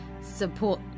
support